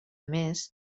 més